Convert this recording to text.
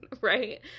right